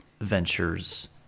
ventures